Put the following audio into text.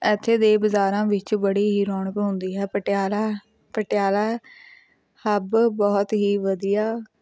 ਇੱਥੇ ਦੇ ਬਜ਼ਾਰਾਂ ਵਿੱਚ ਬੜੀ ਹੀ ਰੌਣਕ ਹੁੰਦੀ ਹੈ ਪਟਿਆਲਾ ਪਟਿਆਲਾ ਹੱਬ ਬਹੁਤ ਹੀ ਵਧੀਆ